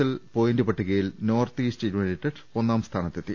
L point പട്ടികയിൽ North East United ഒന്നാം സ്ഥാനത്തെത്തി